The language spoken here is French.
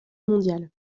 mondial